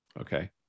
Okay